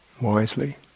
wisely